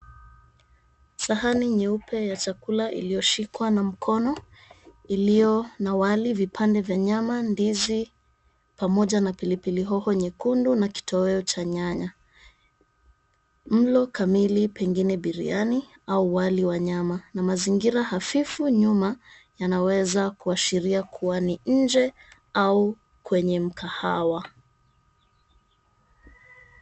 Sahani nyeupe ya chakula iliyoshikwa na mkono iliyo na wali, vipande vya nyama, ndizi pamoja na pilipili hoho nyekundu na kitoweo cha nyanya. Mlo kamili pengine biriani au wali wa nyama na mazingira hafifu nyuma yanaweza kuashiria kuwa ni nje au kwenye mkahawa.